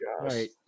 right